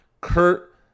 Kurt